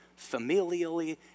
familially